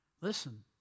Listen